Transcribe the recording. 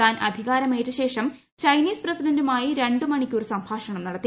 താൻ അധികാരമേറ്റ ശേഷം ചൈനീസ് പ്രസിഡന്റുമായി രണ്ട് മണിക്കൂർ സംഭാഷണം നടത്തി